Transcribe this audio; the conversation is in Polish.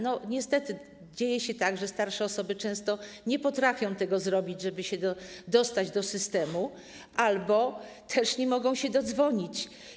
Niestety dzieje się tak, że starsze osoby często nie potrafią tego zrobić, żeby się dostać do systemu, albo też nie mogą się dodzwonić.